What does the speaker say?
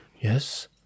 Yes